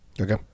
Okay